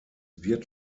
wird